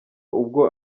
ubwo